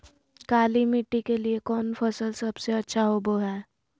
काली मिट्टी के लिए कौन फसल सब से अच्छा होबो हाय?